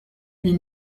huit